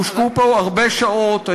הושקעו פה הבה שעות.